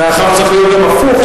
עכשיו זה צריך להיות גם הפוך,